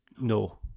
No